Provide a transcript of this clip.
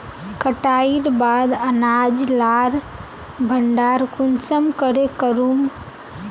कटाईर बाद अनाज लार भण्डार कुंसम करे करूम?